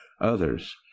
others